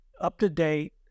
up-to-date